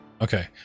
Okay